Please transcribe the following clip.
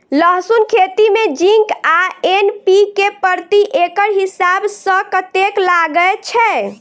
लहसून खेती मे जिंक आ एन.पी.के प्रति एकड़ हिसाब सँ कतेक लागै छै?